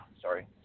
Sorry